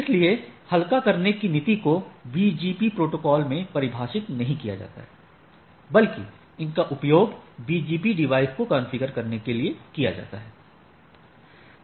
इसलिए हलका करने कि नीति को BGP प्रोटोकॉल में परिभाषित नहीं किया जाता है बल्कि उनका उपयोग BGP डिवाइस को कॉन्फ़िगर करने के लिए किया जाता है